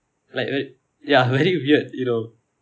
like ve~ ya very weird you know